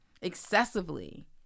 Excessively